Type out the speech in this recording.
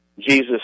Jesus